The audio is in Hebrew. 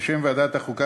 בשם ועדת החוקה,